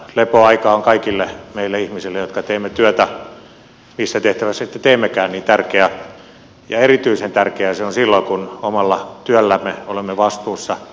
lepoaika on kaikille meille ihmisille jotka teemme työtä missä tehtävässä sitten teemmekään tärkeä ja erityisen tärkeä se on silloin kun omalla työllämme olemme vastuussa muiden turvallisuudesta